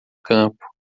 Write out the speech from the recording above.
campo